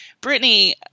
Brittany